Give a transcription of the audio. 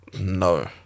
no